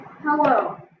Hello